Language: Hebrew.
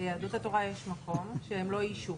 ליהדות התורה יש מקום שהם לא איישו.